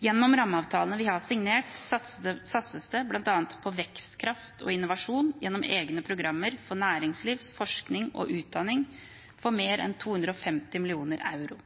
Gjennom rammeavtalene vi har signert, satses det bl.a. på vekstkraft og innovasjon gjennom egne programmer for næringsliv, forskning og utdanning for mer enn 250 mill. euro.